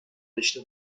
داشته